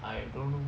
I don't know